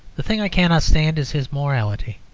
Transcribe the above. the thing i cannot stand is his morality.